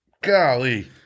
golly